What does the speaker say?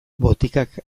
botikak